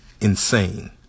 insane